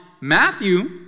Matthew